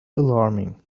alarming